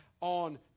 on